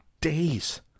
days